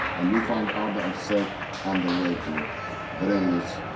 and we found out ourselves on the way to brinnlitz,